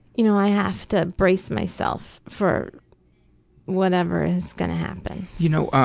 you know, i have to brace myself for whatever is gonna happen. you know,